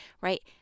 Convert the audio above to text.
right